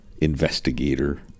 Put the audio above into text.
investigator